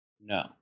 No